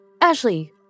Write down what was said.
Ashley